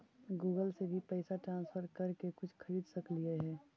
Google से भी पैसा ट्रांसफर कर के कुछ खरिद सकलिऐ हे?